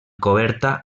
coberta